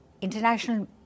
International